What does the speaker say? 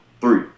three